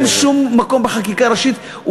אין להם שום מקום בחקיקה ראשית.